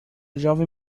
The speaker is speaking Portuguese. jovem